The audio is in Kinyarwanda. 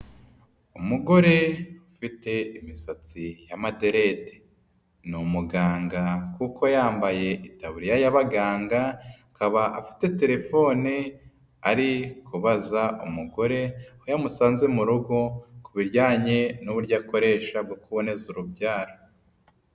Umugore ufite imisatsi y'amaderede. Ni umuganga kuko yambaye itaburiya y'abaganga, akaba afite telefone, ari kubaza umugore iyo yamusanze mu rugo ku bijyanye n'uburyo akoresha bwo kuboneza urubyaro.